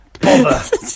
Bother